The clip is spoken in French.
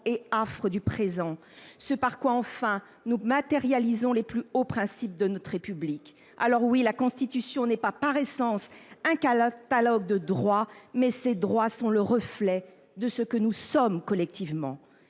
et affres du présent, ce par quoi, enfin, nous matérialisons les plus hauts principes de notre République. Certes, la Constitution n’est pas par essence un catalogue de droits, mais ces droits sont le reflet de ce que nous sommes collectivement.